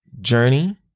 Journey